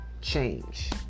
change